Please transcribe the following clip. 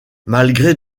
malgré